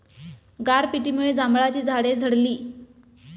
गारपिटीमुळे जांभळाची झाडे झडली